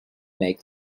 make